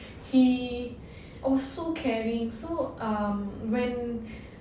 he also caring so um when